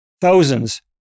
thousands